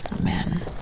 Amen